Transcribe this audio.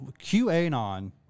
QAnon